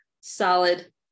solid